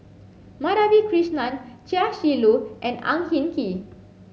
Madhavi Krishnan Chia Shi Lu and Ang Hin Kee